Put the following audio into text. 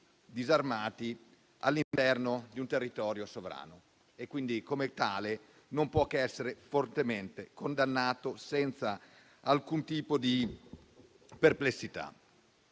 disarmatiti all'interno di un territorio sovrano, che, come tale, non può quindi che essere fortemente condannato, senza alcun tipo di perplessità.